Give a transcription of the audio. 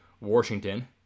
Washington